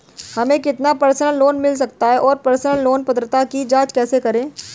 हमें कितना personal loan मिल सकता है और पर्सनल लोन पात्रता की जांच कैसे करें?